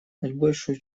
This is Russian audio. наибольшую